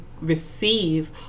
receive